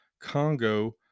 Congo